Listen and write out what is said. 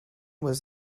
was